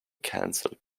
cancelled